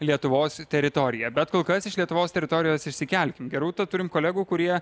lietuvos teritoriją bet kol kas iš lietuvos teritorijos išsikelkim gerūta turim kolegų kurie